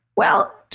well,